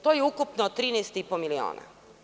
To je ukupno 13,5 miliona.